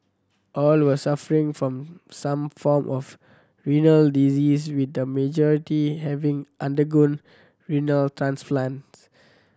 all were suffering from some form of renal disease with the majority having undergone renal transplants